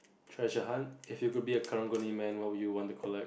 treasure hunt if you could be a karang-guni man what would you want to collect